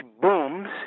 booms